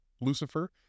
Lucifer